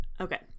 Okay